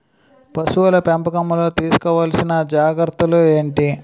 పశువుల పెంపకంలో తీసుకోవల్సిన జాగ్రత్త లు ఏంటి?